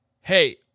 hey